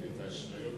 את האשליות